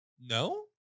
No